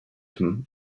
him